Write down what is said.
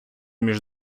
між